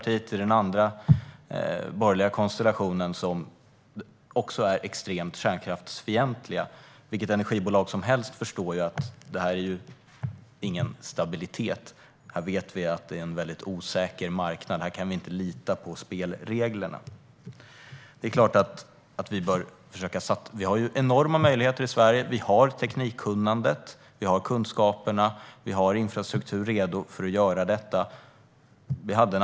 I den andra, borgerliga, konstellationen finns Centerpartiet, som också är extremt kärnkraftsfientligt. Vilket energibolag som helst förstår ju att det inte finns någon stabilitet. Det är en väldigt osäker marknad där man inte kan lita på spelreglerna. Vi har enorma möjligheter i Sverige. Vi har teknikkunnandet, kunskaperna och infrastruktur redo för att göra detta.